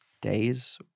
days